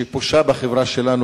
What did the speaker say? שפושה בחברה שלנו,